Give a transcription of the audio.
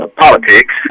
politics